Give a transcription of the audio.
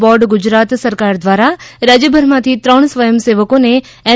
board Gujarat સરકાર દ્વારા રાજ્યભરમાંથી ત્રણ સ્વયં સેવકોને એન